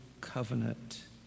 covenant